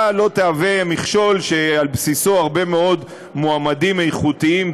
לא תהווה מכשול שעל בסיסו הרבה מאוד מועמדים איכותיים,